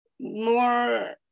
more